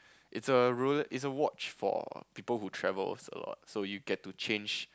it's a Rolex it's a watch for people who travels a lot so you get to change